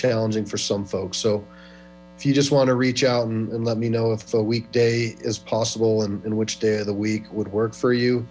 challenging for some folks so if you just want to reach out and let me know if the weekday is possible and which day of the week would work for you